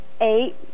eight